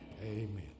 Amen